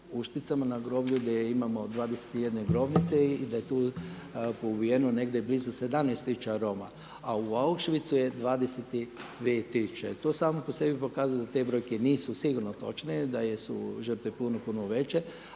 Ušticama na groblju gdje imamo 21 grobnice i da je tu ubijeno blizu 17 tisuća Roma, a u Auschwitzu je 22 tisuće. To samo po sebi pokazuje da te brojke nisu sigurno točne da su žrtve puno, puno veće.